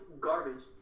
garbage